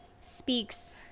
speaks